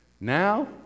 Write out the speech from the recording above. Now